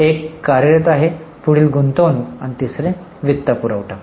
एक कार्यरत आहे पुढील गुंतवणूक आहे तिसरे वित्तपुरवठा आहे